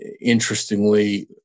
interestingly